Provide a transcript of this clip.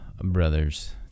brothers